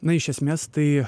na iš esmės tai